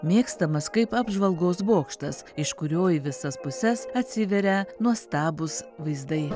mėgstamas kaip apžvalgos bokštas iš kurio į visas puses atsiveria nuostabūs vaizdai